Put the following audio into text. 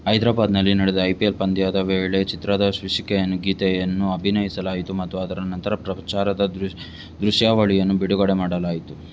ಹೈದರಾಬಾದ್ನಲ್ಲಿ ನಡೆದ I P L ಪಂದ್ಯದ ವೇಳೆ ಚಿತ್ರದ ಶೀರ್ಷಿಕೆಯನ್ನು ಗೀತೆಯನ್ನು ಅಭಿನಯಿಸಲಾಯಿತು ಮತ್ತು ಅದರ ನಂತರ ಪ್ರಚಾರದ ದೃಶ್ಯಾವಳಿಯನ್ನು ಬಿಡುಗಡೆ ಮಾಡಲಾಯಿತು